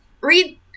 read